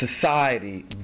society